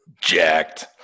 jacked